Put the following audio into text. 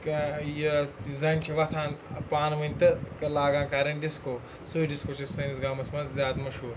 زَنہِ چھِ وۄتھان پانہٕ ؤنۍ تہٕ لاگان کَرٕنۍ ڈِسکو سُے ڈِسکو چھِ سٲنِس گامَس منٛز زیادٕ مشہوٗر